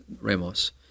ramos